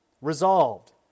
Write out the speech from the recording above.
resolved